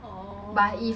大咖